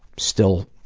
still